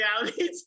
reality